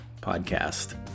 podcast